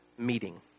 Meeting